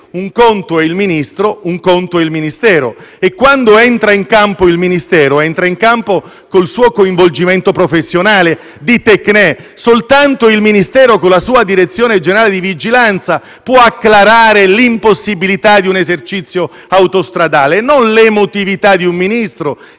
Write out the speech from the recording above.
un conto è il Ministro, un conto è il Ministero e che, quando entra in campo il Ministero, lo fa col suo coinvolgimento professionale, di *téchne*; soltanto il Ministero, con la sua direzione generale di vigilanza, può acclarare l'impossibilità di un esercizio autostradale e non l'emotività di un Ministro